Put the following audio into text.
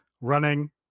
running